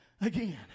again